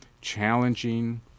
challenging